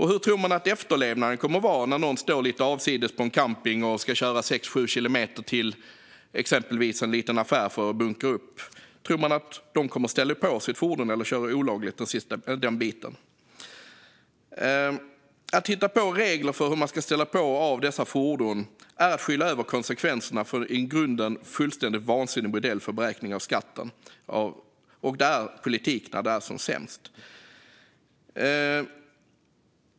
Hur tror man att efterlevnaden kommer att vara när några står lite avsides på en camping och ska köra 6-7 kilometer till exempelvis en liten affär för att bunkra upp? Tror man att de kommer att ställa på sitt fordon eller köra olagligt den biten? Att hitta på regler för hur man ska ställa på och av dessa fordon är att skyla över konsekvenserna av en i grunden fullständigt vansinnig modell för beräkning av skatten, och det är politik när den är som sämst.